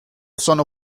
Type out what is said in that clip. sono